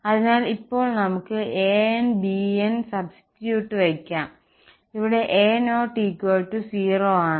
അതിനാൽ ഇപ്പോൾ നമുക്ക് ഇവിടെ a'n b'n സബ്സ്റ്റിട്യൂട് വയ്ക്കാം ഇവിടെ a'00 ആണ്